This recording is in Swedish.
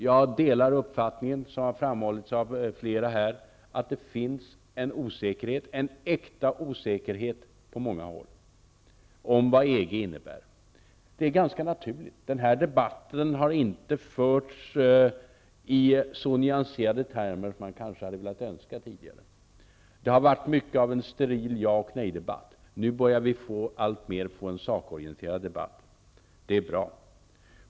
Jag delar den uppfattning som har framhållits av flera talare, att det på många håll finns en osäkerhet, en äkta osäkerhet, om vad EG innebär. Det är ganska naturligt. Den här debatten har tidigare inte förts i så nyanserade termer som man kanske hade velat önska. Det har varit mycket av en steril ja och nejdebatt. Nu börjar vi alltmer få en sakorienterad debatt. Det är bra.